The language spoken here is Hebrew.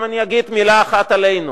אני גם אגיד מלה אחת עלינו.